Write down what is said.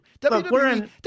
WWE